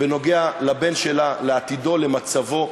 בנוגע לבן שלה, לעתידו, למצבו.